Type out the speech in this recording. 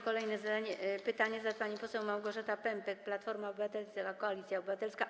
Kolejne pytanie zada pani poseł Małgorzata Pępek, Platforma Obywatelska - Koalicja Obywatelska.